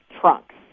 trunks